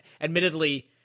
Admittedly